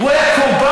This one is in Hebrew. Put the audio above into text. הוא היה קורבן.